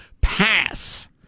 pass